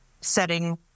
setting